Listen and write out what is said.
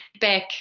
back